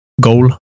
goal